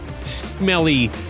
smelly